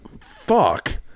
fuck